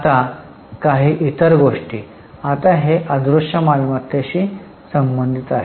आता काही इतर गोष्टी आता हे अदृश्य मालमत्तेशी संबंधित आहे